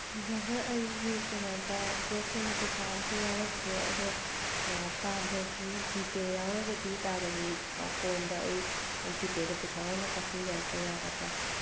driver ꯑꯩꯒꯤ ꯀꯩꯅꯣꯗ cash ꯑꯣꯏꯕ ꯄꯩꯁꯥ ꯑꯝꯇ ꯌꯥꯎꯔꯛꯇ꯭ꯔꯦ ꯑꯗꯣ ꯇꯥꯗꯒꯤ ꯖꯤꯄꯦ ꯌꯥꯎꯔꯒꯗꯤ ꯇꯥꯗꯒꯤ ꯐꯣꯟꯗ ꯑꯩ ꯖꯤꯄꯦꯗ ꯄꯩꯁꯥ ꯑꯣꯏꯅ ꯀꯥꯞꯁꯤꯟꯖꯔꯛꯄ ꯌꯥꯒꯗ꯭ꯔꯥ